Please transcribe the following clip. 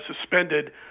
suspended